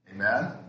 Amen